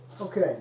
Okay